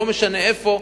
לא משנה איפה,